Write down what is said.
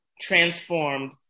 transformed